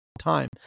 time